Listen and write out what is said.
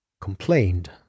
complained